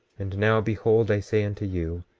and now behold i say unto you,